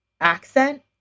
accent